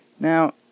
Now